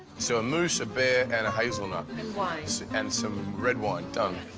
so a moose, a beer, and a hazel net. and and wine. so and some red wine. done.